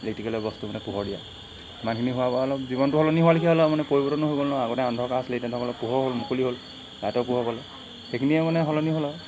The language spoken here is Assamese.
ইলেক্ট্ৰিকেলৰ বস্তু মানে পোহৰ দিয়া ইমানখিনি হোৱাৰপৰা অলপ জীৱনটো সলনি হোৱালেখীয়া হ'ল আৰু মানে পৰিৱৰ্তনো হৈ গ'ল ন আগতে অন্ধকাৰ আছিলে অলপ পোহৰ হ'ল মুকলি হ'ল লাইটৰ পোহৰ পালে সেইখিনিয়ে মানে সলনি হ'ল আৰু